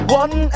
one